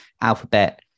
Alphabet